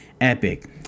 epic